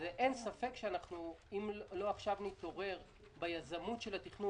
אין ספק שאם לא נתעורר עכשיו ביזמות של התכנון